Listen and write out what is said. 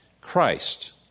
Christ